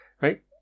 Right